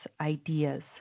ideas